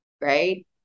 right